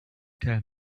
tell